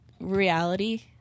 reality